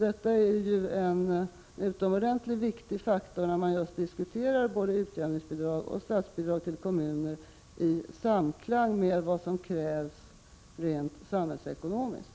Det är en utomordentligt viktig faktor när man just diskuterar både utjämningsbidrag och statsbidrag till kommuner i samklang med vad som krävs rent samhällsekonomiskt.